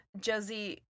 Josie